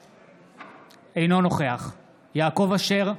אינו נוכח יעקב אשר,